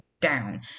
down